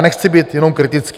Nechci být jenom kritický.